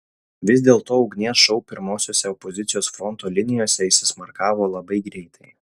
vis dėlto ugnies šou pirmosiose opozicijos fronto linijose įsismarkavo labai greitai